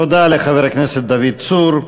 תודה לחבר הכנסת דוד צור.